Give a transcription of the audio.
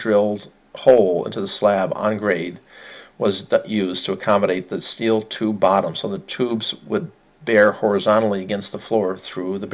drilled hole into the slab on grade was that used to accommodate the steel to bottom so the tubes with their horizontally against the floor through the